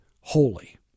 holy